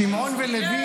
שמעון ולוי